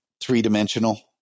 three-dimensional